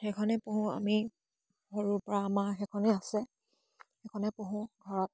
সেইখনেই পঢ়োঁ আমি সৰুৰ পৰা আমাৰ সেইখনেই আছে সেইখনে পঢ়োঁ ঘৰত